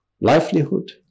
livelihood